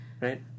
right